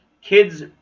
kids